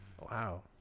wow